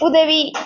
உதவி